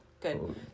good